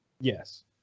yes